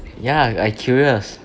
ya I I curious